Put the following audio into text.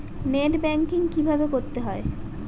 Net banking কীভাবে করতে হয়?